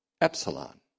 Epsilon